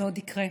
זה עוד יקרה.